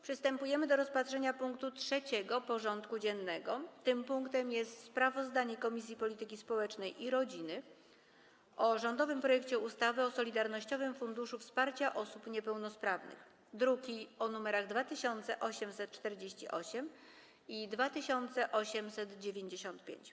Przystępujemy do rozpatrzenia punktu 3. porządku dziennego: Sprawozdanie Komisji Polityki Społecznej i Rodziny o rządowym projekcie ustawy o Solidarnościowym Funduszu Wsparcia Osób Niepełnosprawnych (druki nr 2848 i 2895)